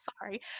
sorry